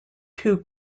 two